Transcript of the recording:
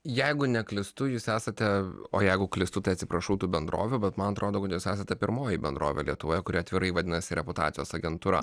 jeigu neklystu jūs esate o jeigu klystu tai atsiprašau tų bendrovių bet man atrodo kad jūs esate pirmoji bendrovė lietuvoje kuri atvirai vadinasi reputacijos agentūra